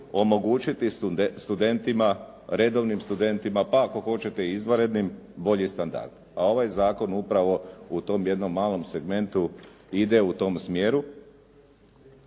omogućiti studentima, redovnim studentima, pa ako hoćete i izvanrednim bolji standard, a ovaj zakon upravo u tom jednom malo segmentu ide u tom smjeru